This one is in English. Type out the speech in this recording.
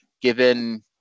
given